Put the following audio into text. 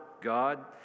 God